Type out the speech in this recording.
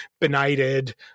benighted